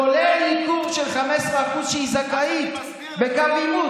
כולל מיקור של 15% שהיא זכאית בקו עימות,